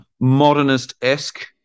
modernist-esque